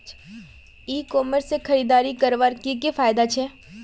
ई commerce से खरीदारी करवार की की फायदा छे?